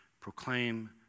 proclaim